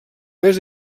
mes